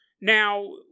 Now